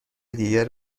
دیگر